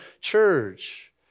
church